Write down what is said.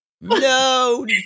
no